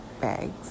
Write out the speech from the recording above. bags